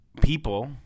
people